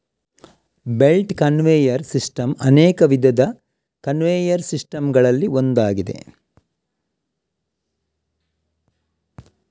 belt conveyor system ಅನೇಕ ವಿಧದ conveyor system ಗಳಲ್ಲಿ ಒಂದಾಗಿದೆ